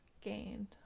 gained